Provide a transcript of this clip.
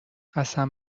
قسم